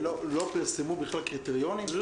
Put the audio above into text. לא פרסמו בכלל קריטריונים?